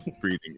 Breathing